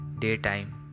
daytime